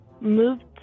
moved